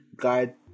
guide